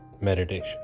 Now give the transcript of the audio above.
meditation